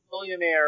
millionaire